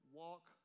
walk